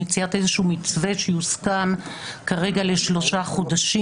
למציאת איזשהו מתווה שיוסכם כרגיל לשלושה חודשים.